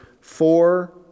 four